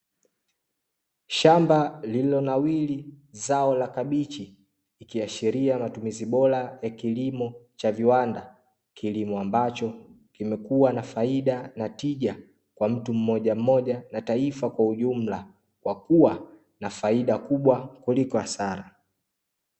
Shamba lililo nawiri zao la kabichi, ikiashiria matumizi bora ya kilimo cha viwanda, kilimo ambacho kimekuwa na faida na tija kwa mtu mmoja mmoja na taifa kwa ujumla kwa kuwa na faida kubwa kuliko hasara.